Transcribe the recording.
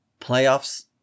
playoffs